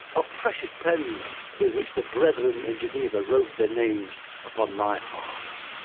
a precious pen with which the brethren in geneva wrote their names upon my heart.